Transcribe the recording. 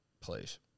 Please